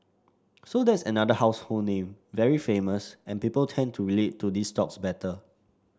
so that's another household name very famous and people tend to relate to these stocks better